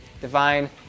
divine